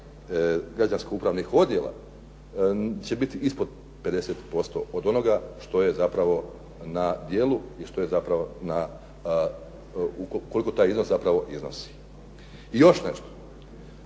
građansko-upravnih odjela, će biti ispod 50% od onoga što je zapravo na djelu i što je zapravo koliko taj iznos zapravo iznosi. I još nešto.